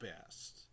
best